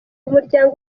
umuryango